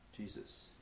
Jesus